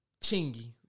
Chingy